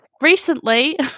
Recently